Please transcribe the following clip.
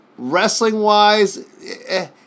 Wrestling-wise